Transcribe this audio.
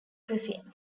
griffin